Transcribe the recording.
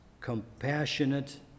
compassionate